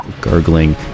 gurgling